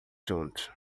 juntos